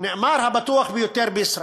שנאמר שהוא הבטוח ביותר בישראל.